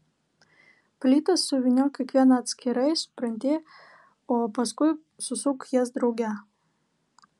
plytas suvyniok kiekvieną atskirai supranti o paskui susuk jas drauge